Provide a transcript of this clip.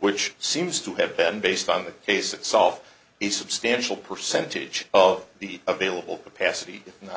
which seems to have been based on the case itself a substantial percentage of the available capacity not